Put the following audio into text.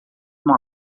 uma